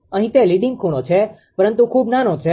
અહીં તે લીડીંગ ખૂણો છે પરંતુ ખૂબ નાનો છે